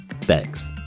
thanks